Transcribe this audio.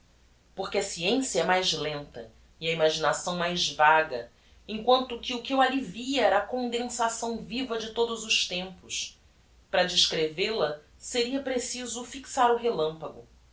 porque a sciencia é mais lenta e a imaginação mais vaga emquanto que o que eu alli via era a condensação viva de todos os tempos para descrevel a seria preciso fixar o relampago